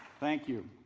thank you.